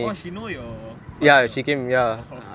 oh she knows your father's shop